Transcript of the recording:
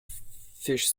fish